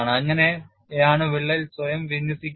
അങ്ങനെയാണ് വിള്ളൽ സ്വയം വിന്യസിക്കുന്നത്